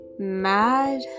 Mad